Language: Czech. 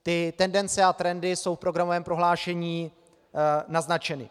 Ty tendence a trendy jsou v programovém prohlášení naznačeny.